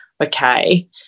okay